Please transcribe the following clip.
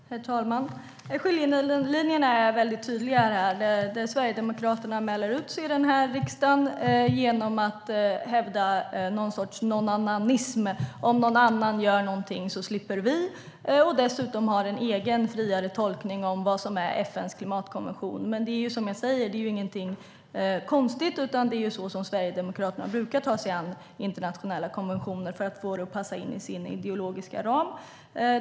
Herr talman! Skiljelinjerna är tydliga här. Sverigedemokraterna håller på och mäler ut sig från den här riksdagen genom att hävda någon sorts nånannanism - om någon annan gör någonting slipper vi. De har dessutom en egen, friare tolkning av FN:s klimatkonvention. Men det är som sagt inget konstigt. Sverigedemokraterna brukar ta sig an internationella konventioner på det sättet, för att få dem att passa in i deras ideologiska ram.